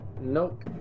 nope